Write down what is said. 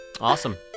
Awesome